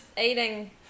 eating